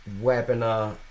webinar